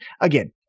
again